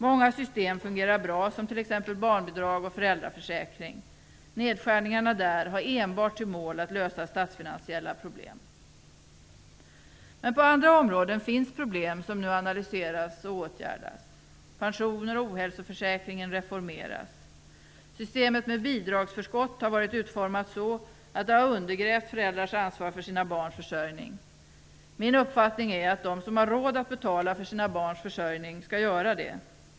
Många system fungerar bra, t.ex. barnbidrag och föräldraförsäkring. Nedskärningarna där har enbart till mål att lösa statsfinansiella problem. Men på andra områden finns det problem som nu analyseras och åtgärdas. Systemet med bidragsförskott har varit utformat så att det har undergrävt föräldrars ansvar för sina barns försörjning. Min uppfattning är att de som har råd att betala för sina barns försörjning skall göra det.